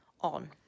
on